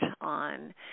on